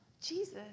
Jesus